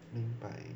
明白